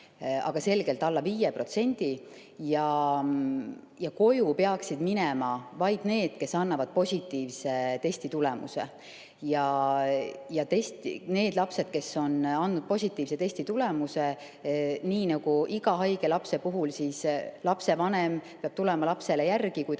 aga selgelt alla 5%. Ja koju peaksid minema vaid need, kes annavad positiivse testitulemuse. Ja need lapsed, kes on andnud positiivse testitulemuse – nii nagu iga haige lapse puhul, lapsevanem peab tulema lapsele järele,